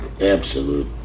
absolute